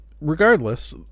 Regardless